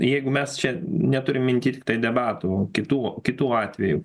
jeigu mes čia neturim minty debatų kitų kitų atvejų